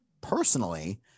personally